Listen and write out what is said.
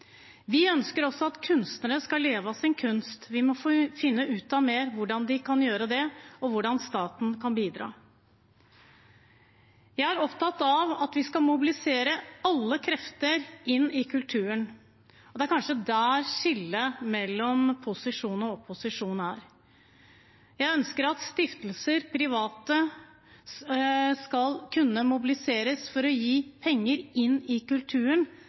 Vi ønsker også at kunstnere skal leve av sin kunst. Vi må finne mer ut av hvordan de kan gjøre det, og hvordan staten kan bidra. Jeg er opptatt av at vi skal mobilisere alle krefter inn i kulturen. Det er kanskje der skillet mellom posisjonen og opposisjonen er. Jeg ønsker at stiftelser, at private skal kunne mobiliseres for å kunne gi penger inn i kulturen,